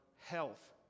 health